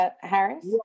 harris